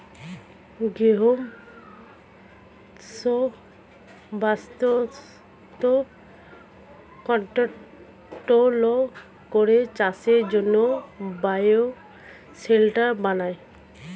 গৃহমধ্যস্থ বাস্তুতন্ত্র কন্ট্রোল করে চাষের জন্যে বায়ো শেল্টার বানায়